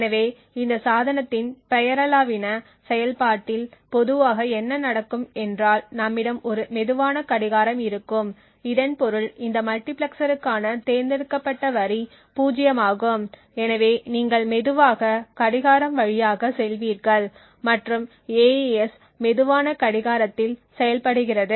எனவே இந்த சாதனத்தின் பெயரளவிலான செயல்பாட்டில் பொதுவாக என்ன நடக்கும் என்றால் நம்மிடம் ஒரு மெதுவான கடிகாரம் இருக்கும் இதன் பொருள் இந்த மல்டிபிளெக்சருக்கான தேர்ந்தெடுக்கப்பட்ட வரி பூஜ்ஜியமாகும் எனவே நீங்கள் மெதுவாக கடிகாரம் வழியாக செல்வீர்கள் மற்றும் AES மெதுவான கடிகாரத்தில் செயல்படுகிறது